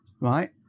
right